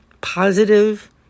positive